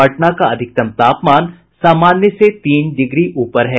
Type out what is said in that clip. पटना का अधिकतम तापमान सामान्य से तीन डिग्री ऊपर है